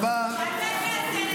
בטח לא אתה.